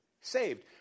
Saved